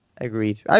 Agreed